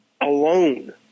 alone